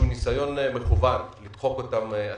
ניסיון מכוון לדחוק אותם הצידה,